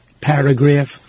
paragraph